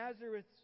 Nazareth